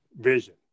vision